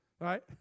Right